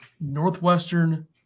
Northwestern